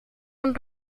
een